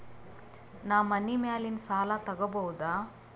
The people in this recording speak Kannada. ನಾ ಮನಿ ಮ್ಯಾಲಿನ ಸಾಲ ತಗೋಬಹುದಾ?